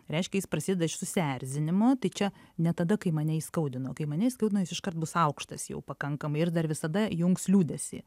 reiškia jis prasideda iš susierzinimo tai čia ne tada kai mane įskaudino kai mane įskaudina jis iškart bus aukštas jau pakankamai ir dar visada įjungs liūdesį